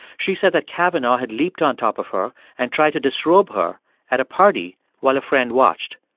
she said that kavanaugh had leaped on top of her and tried to disrobe her at a party while a friend watched.